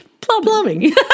Plumbing